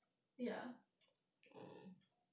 ya